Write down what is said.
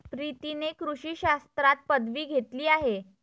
प्रीतीने कृषी शास्त्रात पदवी घेतली आहे